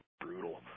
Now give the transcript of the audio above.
brutal